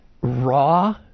raw